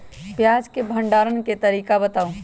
प्याज के भंडारण के तरीका बताऊ?